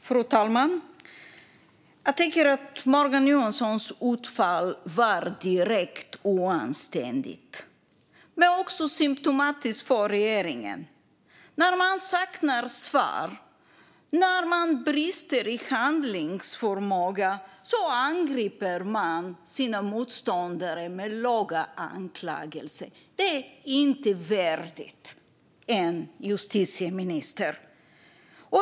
Fru talman! Jag tycker att Morgan Johanssons utfall var direkt oanständigt men också symtomatiskt för regeringen. När man saknar svar och när man brister i handlingsförmåga angriper man sina motståndare med låga anklagelser. Det är inte värdigt en justitieminister.